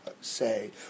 say